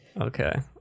okay